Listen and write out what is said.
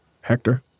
Hector